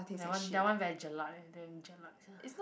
that one that one very jelat eh damn jelat sia